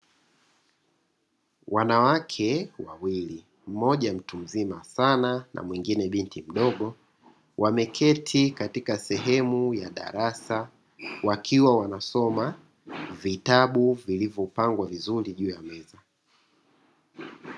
Wanawake wawili, mmoja mtu mzima sana na mwingine binti mdogo, wameketi katika sehemu ya darasa, wakiwa wanasoma vitabu vilivyo pangwa vizuri juu ya meza.